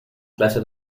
clase